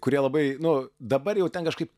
kurie labai nu dabar jau ten kažkaip